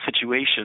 situation